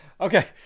Okay